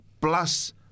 plus